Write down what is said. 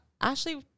Ashley